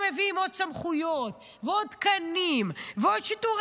מביאים עוד סמכויות ועוד תקנים ועוד שיטור,